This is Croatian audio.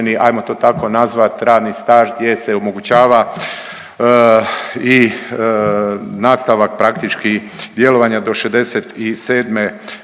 hajmo to tako nazvati radni staž gdje se omogućava i nastavak praktički djelovanja do 67 godine